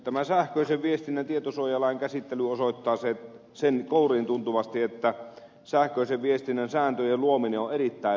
tämä sähköisen viestinnän tietosuojalain käsittely osoittaa sen kouriintuntuvasti että sähköisen viestinnän sääntöjen luominen on erittäin vaikeaa